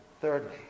thirdly